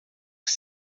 que